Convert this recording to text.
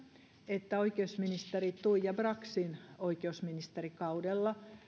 että oikeusministeri tuija braxin oikeusministerikaudella